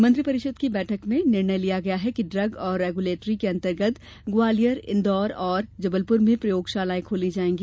मंत्रिपरिषद की बैठक में निर्णय लिया गया कि ड्रग और रेगुलेटरी के अंतर्गत ग्वालियर इंदौर और जबलपुर में प्रयोगशालायें खोली जायेंगी